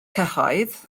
cyhoedd